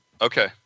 okay